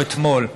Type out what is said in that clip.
כמו אתמול,